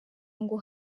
ngo